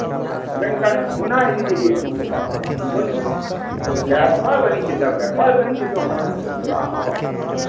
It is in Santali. ᱢᱮᱱᱠᱷᱟᱱ ᱚᱱᱟ ᱤᱫᱤ ᱞᱟᱹᱜᱤᱫ ᱠᱷᱚᱢᱚᱛᱟ ᱦᱚᱲ ᱦᱚᱯᱚᱱᱟᱜ ᱵᱟᱹᱱᱩᱜᱼᱟ ᱵᱮᱯᱟᱨ ᱵᱟᱱᱡᱤᱡᱚ ᱵᱮᱵᱥᱥᱟ ᱵᱟᱹᱱᱤᱡᱡᱚ ᱫᱚ ᱦᱚᱲ ᱦᱚᱯᱚᱱ ᱫᱚ ᱛᱷᱚᱲᱟ ᱦᱚᱸ ᱵᱟᱠᱚ ᱵᱟᱲᱟᱭᱟ